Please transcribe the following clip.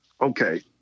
Okay